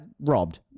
robbed